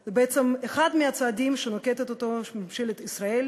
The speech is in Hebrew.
היא בעצם אחד מהצעדים שנוקטת ממשלת ישראל